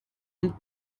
und